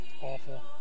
awful